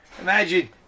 Imagine